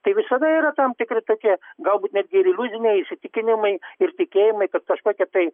tai visada yra tam tikri tokie galbūt netgi ir iliuziniai įsitikinimai ir tikėjimai kad kažkokie tai